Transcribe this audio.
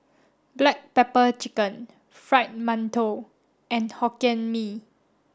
black pepper chicken fried Mantou and Hokkien Mee